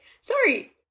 Sorry